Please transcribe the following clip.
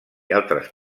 altres